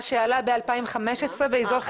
מה שעלה ב-2015 באזור חיטים.